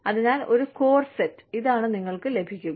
അതിനാൽ ഒരു core set ഇതാണ് നിങ്ങൾക്ക് ലഭിക്കുക